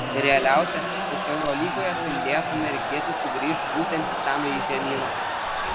realiausia jog eurolygoje spindėjęs amerikietis sugrįš būtent į senąjį žemyną